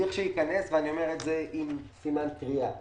לכשייכנס, ואני אומר את זה עם סימן קריאה,